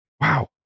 wow